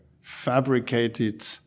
fabricated